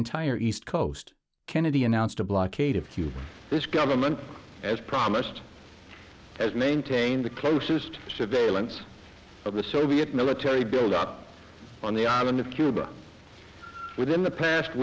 entire east coast kennedy announced a blockade of cuba this government as promised has maintained the closest surveillance but with soviet military buildup on the island of cuba within the past